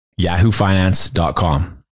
yahoofinance.com